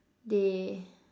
they